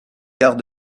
quarts